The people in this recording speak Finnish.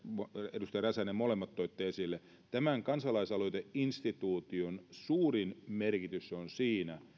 edustaja räsänen molemmat toitte esille tämän kansalaisaloiteinstituution suurin merkitys on siinä